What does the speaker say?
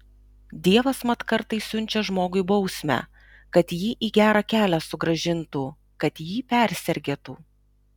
dievas mat kartais siunčia žmogui bausmę kad jį į gerą kelią sugrąžintų kad jį persergėtų